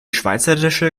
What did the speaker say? schweizerische